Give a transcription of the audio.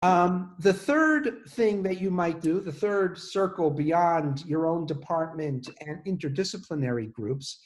‫אממ.. הדבר השלישי שאתה אולי יכול לעשות, ‫המעגל השלישי מעבר למחלקה שלך ‫וקבוצות אינטרדיסציפלינאריות,